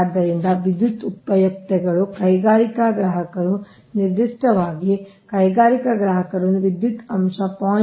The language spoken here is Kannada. ಆದ್ದರಿಂದ ವಿದ್ಯುತ್ ಉಪಯುಕ್ತತೆಗಳು ಕೈಗಾರಿಕಾ ಗ್ರಾಹಕರು ನಿರ್ದಿಷ್ಟವಾಗಿ ಕೈಗಾರಿಕಾ ಗ್ರಾಹಕರು ವಿದ್ಯುತ್ ಅಂಶ 0